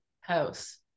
House